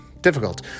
difficult